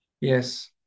Yes